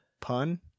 pun